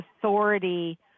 authority